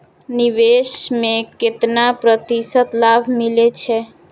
निवेश में केतना प्रतिशत लाभ मिले छै?